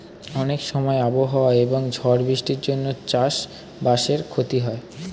অনেক সময় আবহাওয়া এবং ঝড় বৃষ্টির জন্যে চাষ বাসের ক্ষতি হয়